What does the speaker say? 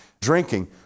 drinking